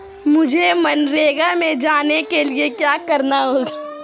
मुझे मनरेगा में जाने के लिए क्या करना होगा?